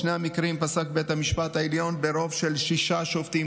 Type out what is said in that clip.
בשני המקרים פסק בית המשפט העליון ברוב של שישה שופטים